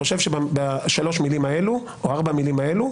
שבשלוש או ארבע המילים האלה,